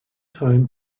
time